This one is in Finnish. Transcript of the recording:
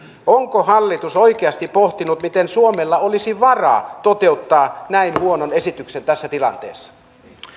onko hallitus oikeasti pohtinut miten suomella olisi varaa toteuttaa näin huono esitys tässä tilanteessa